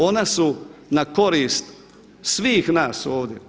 Ona su na korist svih nas ovdje.